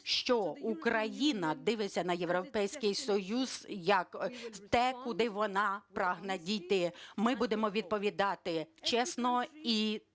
що Україна дивиться на Європейський Союз як те, куди вона прагне дійти. Ми будемо відповідати чесно і з